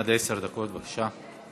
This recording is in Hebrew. עד עשר דקות, בבקשה.